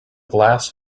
glass